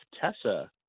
Tessa